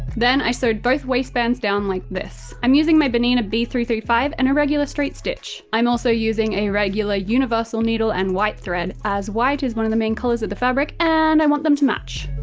then, i sewed both waistbands down like this. i'm using my bernina b three three five and a regular straight-stitch. i'm also using a regular universal needle and white thread, as white is one of the main colors of the fabric and want them to match.